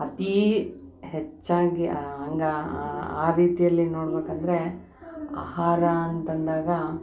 ಅತಿ ಹೆಚ್ಚಾಗಿ ಹಂಗ ಆ ಆ ರೀತಿಯಲ್ಲಿ ನೋಡ್ಬೇಕಂದ್ರೆ ಆಹಾರ ಅಂತಂದಾಗ